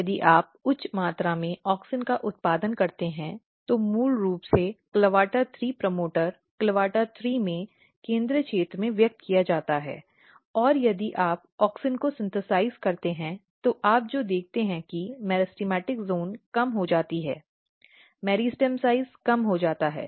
और यदि आप उच्च मात्रा में ऑक्सिन का उत्पादन करते हैं तो मूल रूप से CLAVATA3 प्रमोटर CLAVATA3 में केंद्रीय क्षेत्र में व्यक्त किया जाता है और यदि आप ऑक्सिन को संश्लेषित करते हैं तो आप जो देखते हैं कि मेरिस्टेमेटिक ज़ोन कम हो जाता है मेरिस्टेम आकार कम हो जाता है